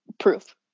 Proof